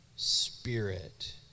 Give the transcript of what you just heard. Spirit